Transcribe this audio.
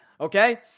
okay